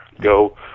Go